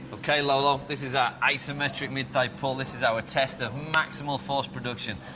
okay, lolo, this is our isometric mid-thigh pull. this is our test of maximal force production.